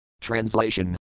Translation